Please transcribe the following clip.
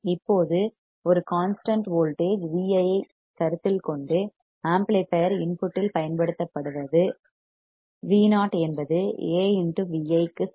இப்போது ஒரு constant voltage Vi ஐ கருத்தில் கொண்டு ஆம்ப்ளிபையர் இன்புட்டில் பயன்படுத்தப்படுவது Vo என்பது A Vi க்கு சமம்